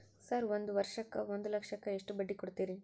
Sir ಒಂದು ವರ್ಷಕ್ಕ ಒಂದು ಲಕ್ಷಕ್ಕ ಎಷ್ಟು ಬಡ್ಡಿ ಕೊಡ್ತೇರಿ?